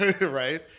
right